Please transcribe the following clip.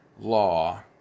law